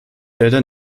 leider